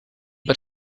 but